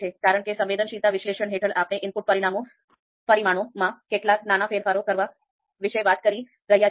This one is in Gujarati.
કારણ કે સંવેદનશીલતા વિશ્લેષણ હેઠળ આપણે ઇનપુટ પરિમાણોમાં કેટલાક નાના ફેરફારો કરવા વિશે વાત કરી રહ્યા છીએ